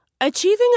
Achieving